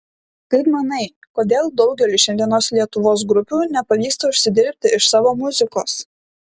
kaip manai kodėl daugeliui šiandienos lietuvos grupių nepavyksta užsidirbti iš savo muzikos